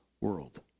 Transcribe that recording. world